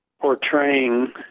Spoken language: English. portraying